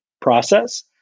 process